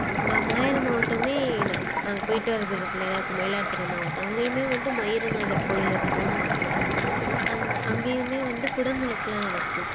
மாயாரம் மாவட்டமே நான் நாங்கள் போயிட்டு வர தூரத்தில் தான் இருக்குது மயிலாடுதுறை மாவட்டம் அங்கையும் வந்து மயூரநாதர் கோயில் இருக்கும் அந் அங்கையும் வந்து குடமுழுக்கெலாம் நடக்கும்